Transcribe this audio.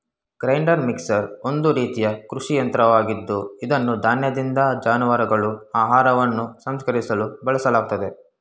grinder mixer ಒಂದು ರೀತಿಯ ಕೃಷಿ ಯಂತ್ರವಾಗಿದ್ದು ಇದನ್ನು ಧಾನ್ಯದಿಂದ ಜಾನುವಾರುಗಳ ಆಹಾರವನ್ನು ಸಂಸ್ಕರಿಸಲು ಬಳಸಲಾಗ್ತದೆ